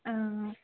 आ